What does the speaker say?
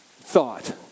thought